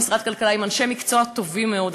יש לה משרד כלכלה עם אנשי מקצוע טובים מאוד.